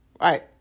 right